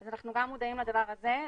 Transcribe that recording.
אז אנחנו גם מודעים לדבר הזה,